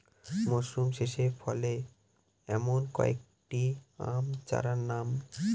মরশুম শেষে ফলে এমন কয়েক টি আম চারার নাম?